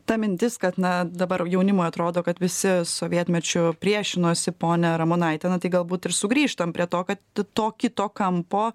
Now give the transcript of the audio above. ta mintis kad na dabar jaunimui atrodo kad visi sovietmečiu priešinosi ponia ramonaite na tai galbūt ir sugrįžtam prie to kad to kito kampo